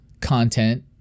content